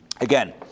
Again